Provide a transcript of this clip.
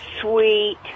sweet